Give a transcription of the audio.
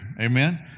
Amen